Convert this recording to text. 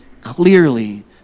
clearly